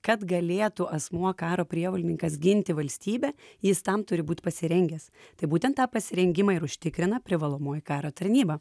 kad galėtų asmuo karo prievolininkas ginti valstybę jis tam turi būt pasirengęs tai būtent tą pasirengimą ir užtikrina privalomoji karo tarnyba